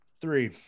Three